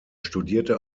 studierte